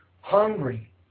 hungry